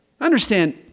Understand